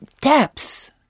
depths